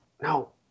no